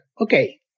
okay